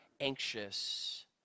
Anxious